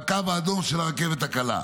בקו האדום של הרכבת הקלה,